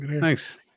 Thanks